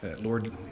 Lord